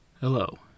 Hello